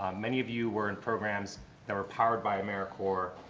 um many of you were in programs that were powered by americorps,